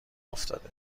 افتاده